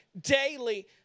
daily